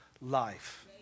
life